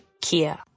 Kia